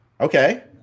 Okay